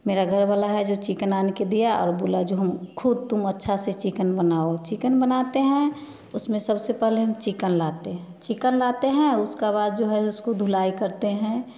मेरा घर वाला है जो चिकन ला के दिया और बोल जो हम खुद तुम अच्छा से चिकन बनाओ चिकन बनाते हैं उसमें सबसे पहले हम चिकन लाते है चिकन लाते हैं उसका बाद जो है उसको धुलाई करते हैं